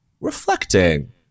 reflecting